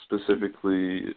specifically